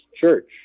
church